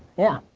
yeah.